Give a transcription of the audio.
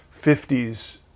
50s